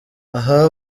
aha